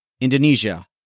Indonesia